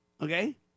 Okay